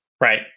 Right